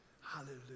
hallelujah